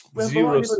zero